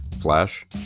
Flash